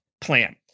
plan